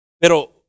Pero